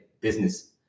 business